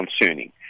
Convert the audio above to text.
concerning